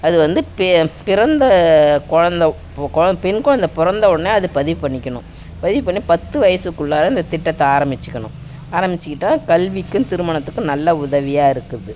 அதுவந்து பே பிறந்த குழந்த பெண் குழந்த பொறந்த உடனே அது பதிவு பண்ணிக்கணும் பதிவு பண்ணி பத்து வயசுக்குள்ளார இந்த திட்டத்தை ஆரம்பிச்சிக்கணும் ஆரம்பிச்சிக்கிட்டா கல்விக்கும் திருமணத்துக்கும் நல்ல உதவியாக இருக்குது